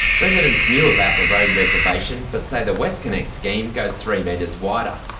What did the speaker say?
residents knew about the road reservation, but say the westconnex scheme goes three metres wider.